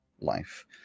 life